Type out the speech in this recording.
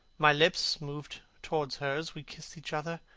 my lips moved towards hers. we kissed each other.